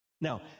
Now